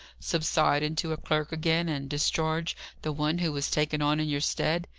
subside into a clerk again, and discharge the one who was taken on in your stead,